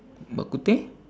bak kut teh